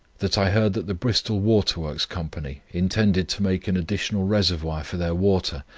that i heard that the bristol waterworks company intended to make an additional reservoir for their water,